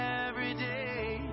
everyday